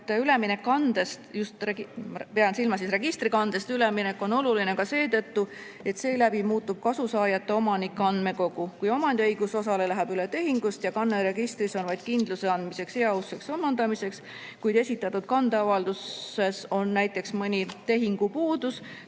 pean silmas just registrikandest üleminekut, on oluline ka seetõttu, et seeläbi muutub kasusaajate omanike andmekogu. Kui omandiõigus osale läheb üle tehingust ja kanne registris on vaid kindluse andmiseks heauskseks omandamiseks, kuid esitatud kandeavalduses on näiteks mõni tehingupuudus,